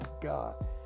God